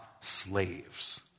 slaves